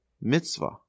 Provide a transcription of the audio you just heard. mitzvah